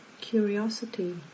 Curiosity